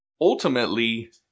ultimately